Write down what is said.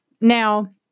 Now